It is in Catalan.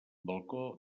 balcó